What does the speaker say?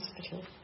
hospital